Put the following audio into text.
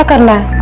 and